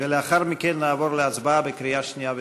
לאחר מכן נעבור להצבעה בקריאה שנייה ושלישית.